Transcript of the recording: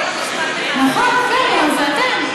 נכון, נכון, זה אתם.